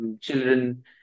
children